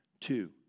Two